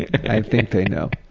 i think they know.